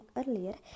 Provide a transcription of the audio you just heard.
earlier